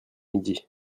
midi